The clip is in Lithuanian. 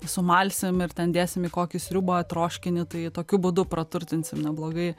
sumalsim ir ten dėsim į kokį sriubą troškinį tai tokiu būdu praturtinsim neblogai